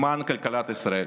למען כלכלת ישראל.